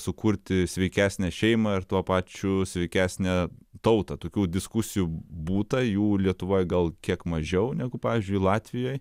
sukurti sveikesnę šeimą ir tuo pačiu sveikesnę tautą tokių diskusijų būta jų lietuvoj gal kiek mažiau negu pavyzdžiui latvijoj